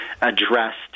addressed